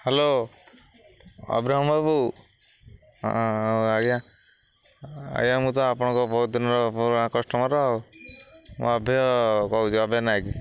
hello Abraham ବାବୁ ହ ହଉ ଆଜ୍ଞା ଆଜ୍ଞା ମୁଁ ତ ଆପଣଙ୍କ ବହୁତ ଦିନର ପୁରୁଣା କଷ୍ଟମର ଆଉ ମୁଁ ଅଭୟ କହୁଛି ଅଭୟ ନାୟକ